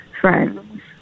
friends